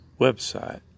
website